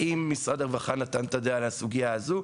האם משרד הרווחה נתן את הדעת על הסוגייה הזו?